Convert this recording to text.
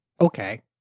Okay